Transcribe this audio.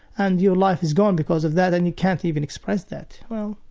and your life is gone because of that and you can't even express that. well,